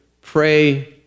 pray